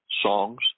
songs